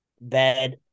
bed